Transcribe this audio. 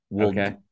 Okay